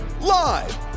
live